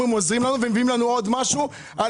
אתם מבקשים שנעזור ומביאים עוד משהו על